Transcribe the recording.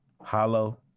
Hollow